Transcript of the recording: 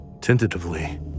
Tentatively